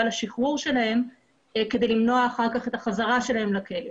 לשחרור שלהם כדי למנוע אחר כך את החזרה לכלא.